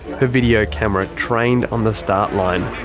her video camera trained on the start line.